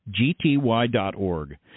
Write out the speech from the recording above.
gty.org